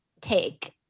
take